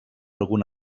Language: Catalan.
algun